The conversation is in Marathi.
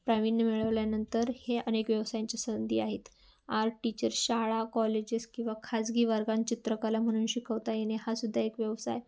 प्रावीण्य मिळवल्यानंतर हे अनेक व्यवसायांच्या संधी आहेत आर्ट टीचर्स शाळा कॉलेजेस किंवा खाजगी वर्गां चित्रकला म्हणून शिकवता येणे हा सुद्धा एक व्यवसाय